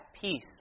peace